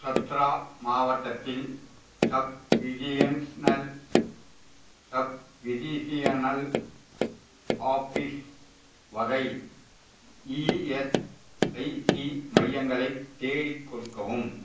சத்ரா மாவட்டத்தில் subregionals subregionals office வகை ESIC மையங்களை தேடிக் கொடுக்கவும்